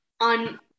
on